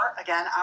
again